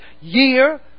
year